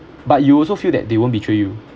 but you also feel that they won't betray you